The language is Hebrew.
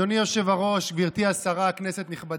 אדוני היושב-ראש, גברתי השרה, כנסת נכבדה,